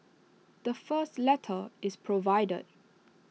the first letter is provided